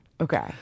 Okay